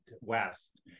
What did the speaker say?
west